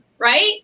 Right